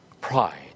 pride